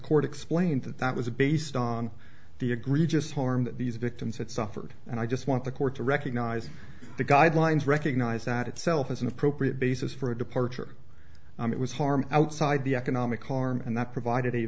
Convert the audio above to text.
court explained that that was a based on the egregious harm that these victims had suffered and i just want the court to recognize the guidelines recognized that itself is an appropriate basis for a departure it was harm outside the economic harm and that provided a